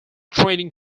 training